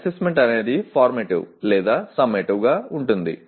assessment అనేది formative లేదా summative గా ఉంటుంది